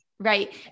Right